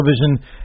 television